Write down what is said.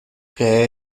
que